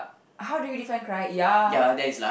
how do you define correct ya